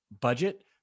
budget